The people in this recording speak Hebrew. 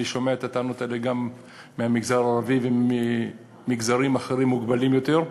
אני שומע את הטענות האלה גם מהמגזר הערבי וממגזרים אחרים מוגבלים יותר.